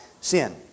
sin